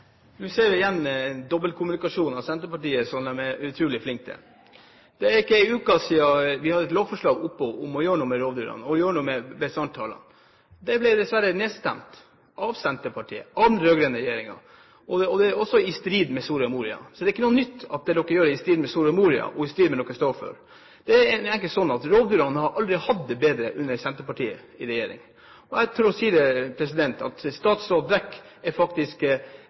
Nå ser vi igjen dobbeltkommunikasjon fra Senterpartiet, som de er utrolig flinke til. Det er ikke lenge siden vi hadde et lovforslag oppe om å gjøre noe med tallene for rovdyrbestanden. Det ble dessverre nedstemt – av Senterpartiet, av den rød-grønne regjeringen – og det er også i strid med Soria Moria. Så det er ikke noe nytt at det dere gjør, er i strid med Soria Moria og i strid med det dere står for. Det er egentlig slik at rovdyrene aldri har hatt det bedre enn under Senterpartiet i regjering. Jeg tør si at statsråd Brekk faktisk nærmest er